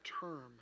term